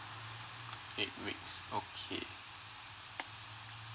eight weeks okay